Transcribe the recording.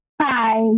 Hi